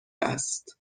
است